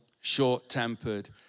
short-tempered